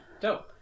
Dope